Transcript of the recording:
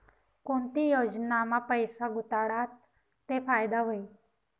कोणती योजनामा पैसा गुताडात ते फायदा व्हई?